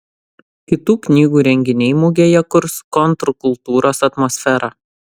kitų knygų renginiai mugėje kurs kontrkultūros atmosferą